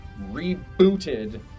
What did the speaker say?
rebooted